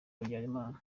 habyarimana